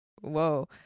whoa